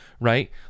right